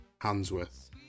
Hansworth